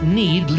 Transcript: need